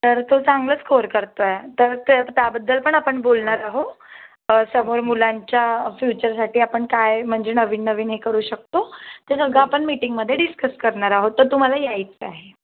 तर तो चांगलं स्कोर करतो आहे तर ते त्याबद्दल पण आपण बोलणार आहोत समोर मुलांच्या फ्यूचरसाठी आपण काय म्हणजे नवीन नवीन हे करू शकतो ते सगळं आपण मीटिंगमध्ये डिस्कस करणार आहोत तर तुम्हाला यायचं आहे